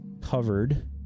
...covered